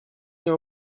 nie